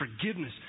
forgiveness